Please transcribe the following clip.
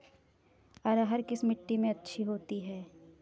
अरहर किस मिट्टी में अच्छी होती है?